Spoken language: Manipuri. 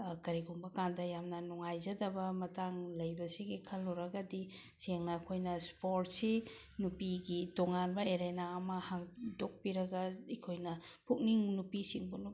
ꯀꯔꯤꯒꯨꯝꯕ ꯀꯥꯟꯗ ꯌꯥꯝꯅ ꯅꯨꯡꯉꯥꯏꯖꯗꯕ ꯃꯇꯥꯡ ꯂꯩꯕꯁꯤꯒꯤ ꯈꯜꯂꯨꯔꯒꯗꯤ ꯁꯦꯡꯅ ꯑꯩꯈꯣꯏꯅ ꯏꯁꯄꯣꯔꯠꯁꯤ ꯅꯨꯄꯤꯒꯤ ꯇꯣꯡꯉꯥꯟꯗ ꯑꯦꯔꯦꯅꯥ ꯑꯃ ꯍꯥꯡꯗꯣꯛꯄꯤꯔꯒ ꯑꯩꯈꯣꯏꯅ ꯄꯨꯛꯅꯤꯡ ꯅꯨꯄꯤꯁꯤꯡꯕꯨ